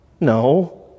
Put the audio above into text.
No